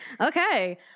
Okay